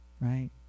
right